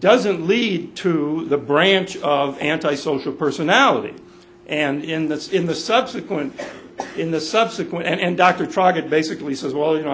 doesn't lead to the branch of antisocial personality and that's in the subsequent in the subsequent and dr track it basically says well you know i